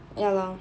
ya lor